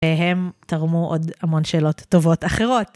הם תרמו עוד המון שאלות טובות אחרות.